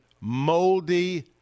moldy